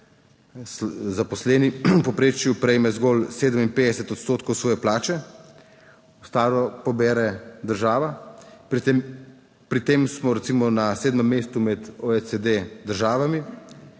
zaposleni v povprečju prejme zgolj 57 odstotkov svoje plače, ostalo pobere država. Pri tem smo recimo na sedmem mestu med OECD državami,